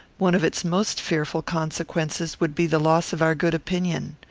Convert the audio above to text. one of its most fearful consequences would be the loss of our good opinion.